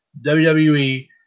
WWE